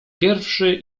pierwszy